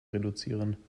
reduzieren